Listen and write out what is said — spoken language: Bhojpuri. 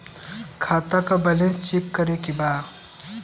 खाता का बैलेंस चेक करे के बा?